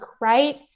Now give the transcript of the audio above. right